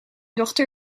dochter